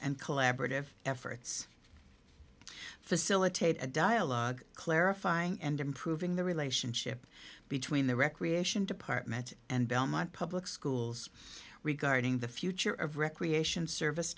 and collaborative efforts facilitate a dialogue clarifying and improving the relationship between the recreation department and belmont public schools regarding the future of recreation service